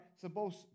supposed